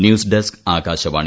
news desk Akashvani